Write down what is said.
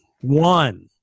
One